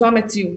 זו המציאות.